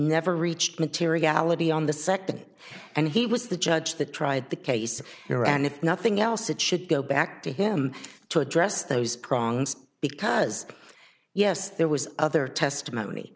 never reached materiality on the second and he was the judge the tried the case here and if nothing else it should go back to him to address those prongs because yes there was other testimony